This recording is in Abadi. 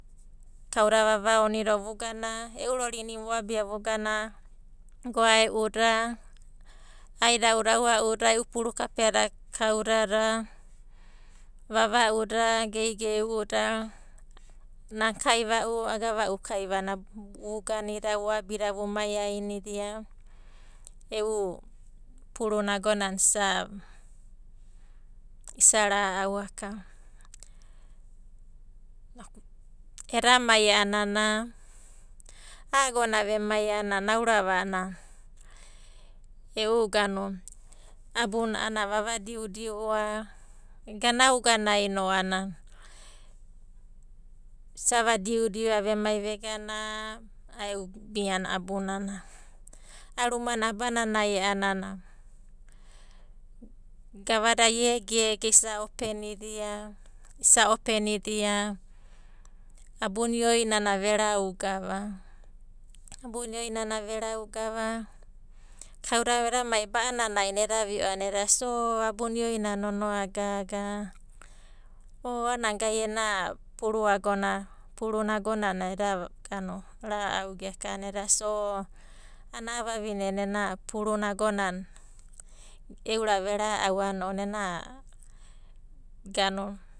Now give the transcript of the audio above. Kauda vavaono da vogana, e'u rorina i'inana voabia vogana goae'uda, aida'uda, aua'dada, e'u puru kapeada kaudada, vava'una, geigei'una, nana kaiva'u, agava'u kaivana vuganida, vuabia vumaiainidia e'u punna agona isa ra'au akava. Eda mai a'anana, a'a agona vemai a'anana nana aurava a'ana e'u abu na a'ana vava diudiu a. Ganauga nai no isa va diudiua vemai vegana a'a e'u miana abunana. A'a rumana abananai a'ana gavada egege isa openia, abuna ioinana ve raugava, kauda edamai ba'ananai no eda vi'o a'ana eda sia o abuna ioinana nonoa gaga. O a'ana gai ena puru, puruna agonana eda ra'au gekava a'ana eda sia o a'ana a'a vavinena ena puruna agonana eurava vera'au a'ana ounanai ena.